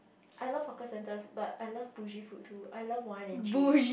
I love hawker centres but I love bougie food too I love wine and cheese